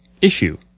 issue